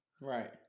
Right